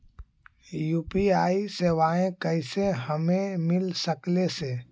UPI सेवाएं कैसे हमें मिल सकले से?